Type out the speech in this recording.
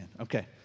Okay